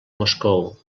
moscou